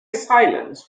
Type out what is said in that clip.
silence